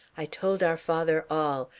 i told our father all,